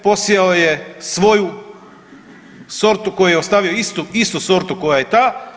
Posijao je svoju sortu koju je ostavio, istu sortu koja je i ta.